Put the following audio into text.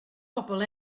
bobol